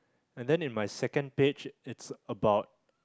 and then in my second page it's about